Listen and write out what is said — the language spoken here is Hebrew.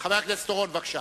חבר הכנסת אורון, בבקשה.